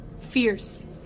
fierce